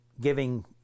giving